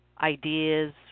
ideas